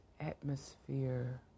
atmosphere